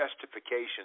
justification